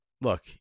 look